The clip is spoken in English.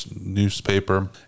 newspaper